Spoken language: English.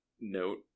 note